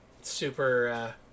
super